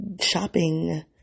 Shopping